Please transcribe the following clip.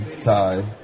tie